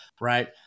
right